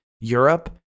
Europe